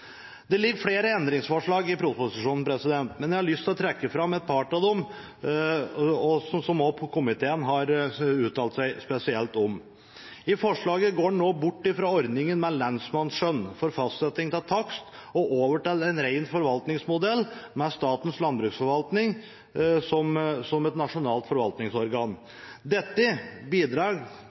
Det ligger flere endringsforslag i proposisjonen, men jeg har lyst til å trekke fram et par av dem, som også komiteen har uttalt seg spesielt om. I forslaget går en nå bort fra ordningen med lensmannsskjønn for fastsetting av takst og over til en ren forvaltningsmodell med Statens landbruksforvaltning som et nasjonalt forvaltningsorgan. Dette bidrar